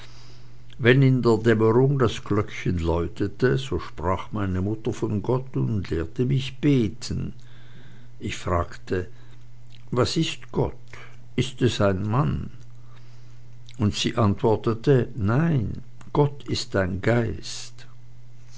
wenn in der dämmerung das glöckchen läutete so sprach meine mutter von gott und lehrte mich beten ich fragte was ist gott ist es ein mann und sie antwortete nein gott ist ein geist